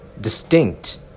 distinct